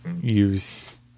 use